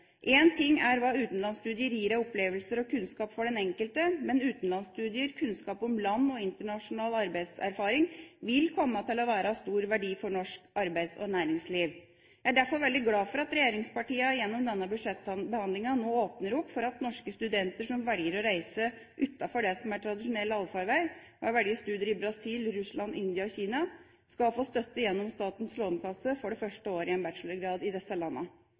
ting er hva utenlandsstudier gir av opplevelser og kunnskap for den enkelte, men utenlandsstudier, kunnskap om land og internasjonal arbeidserfaring vil komme til å være av stor verdi for norsk arbeids- og næringsliv. Jeg er derfor veldig glad for at regjeringspartiene gjennom denne budsjettbehandlingen nå åpner opp for at norske studenter som velger å reise utenfor det som er tradisjonell allfarvei, ved å velge studier i Brasil, Russland, India og Kina, skal få støtte gjennom Statens lånekasse for det første året i en bachelorgrad i disse